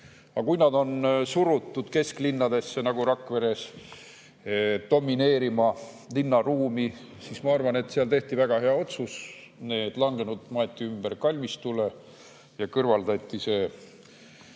Aga kui nad on surutud kesklinna nagu Rakveres, nad domineerivad linnaruumis – ma arvan, et seal tehti väga hea otsus. Need langenud maeti ümber kalmistule ja see